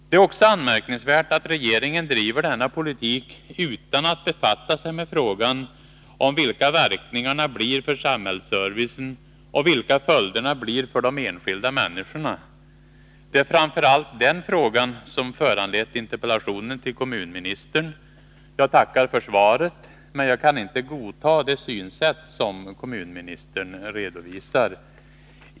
Det är också anmärkningsvärt att regeringen driver denna politik utan att befatta sig med frågan om vilka verkningarna blir för samhällsservicen och vilka följderna blir för de enskilda människorna. Det är framför allt den frågan som föranlett interpellationen till kommunministern. Jag tackar för svaret, men jag kan inte godta det synsätt som kommunministern redovisar.